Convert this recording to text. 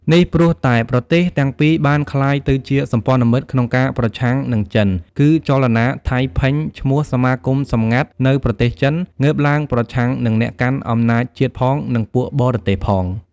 នេះព្រោះតែ ប្រទេសទាំងពីរបានក្លាយទៅសម្ព័ន្ធមិត្តក្នុងការប្រឆាំងនឹង ចិនគឺចលនាថៃ ភិញឈ្មោះសមាគម សម្ងាត់នៅប្រទេសចិនងើបឡើងប្រឆាំងនឹងអ្នកកាន់អំណាចជាតិផង និងពួកបរទេសផង។